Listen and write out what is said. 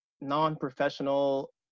non-professional